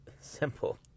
simple